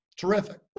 Terrific